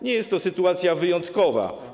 Nie jest to sytuacja wyjątkowa.